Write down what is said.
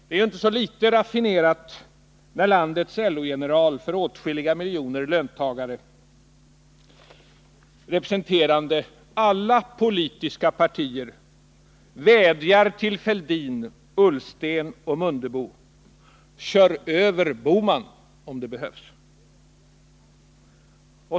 Det är ju inte så litet raffinerat, när landets LO-general för åtskilliga miljoner löntagare, representerande alla politiska partier, vädjar till Fälldin, Ullsten och Mundebo: Kör över Bohman, om det behövs!